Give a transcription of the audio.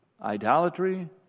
idolatry